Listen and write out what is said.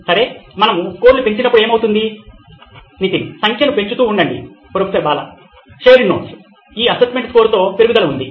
సరే మనము స్కోర్లు పెంచినప్పుడు ఏమౌతుంది నితిన్ సంఖ్యను పెంచుతూ ఉండండి ప్రొఫెసర్ బాలా షేర్డ్ నోట్స్ ఈ అసెస్మెంట్ స్కోర్లో పెరుగుదల ఉంది